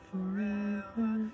Forever